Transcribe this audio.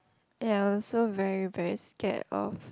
ya also very very scared of